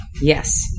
Yes